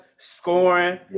scoring